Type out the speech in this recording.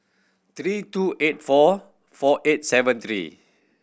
three two eight four four eight seven three